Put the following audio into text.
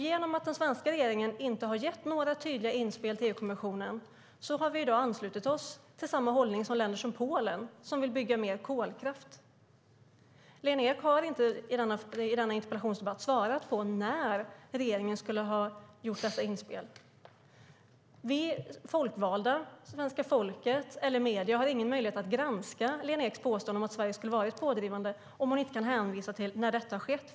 Genom att den svenska regeringen inte har gett några tydliga inspel till EU-kommissionen har vi i dag anslutit oss till samma hållning som länder som Polen, som vill bygga mer kolkraft. Lena Ek har i denna interpellationsdebatt inte svarat på när regeringen skulle ha gjort dessa inspel. Vi folkvalda, svenska folket eller medierna har ingen möjlighet att granska Lena Eks påståenden om att Sverige skulle ha varit pådrivande om hon inte kan hänvisa till när detta har skett.